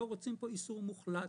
אנחנו לא רוצים איסור מוחלט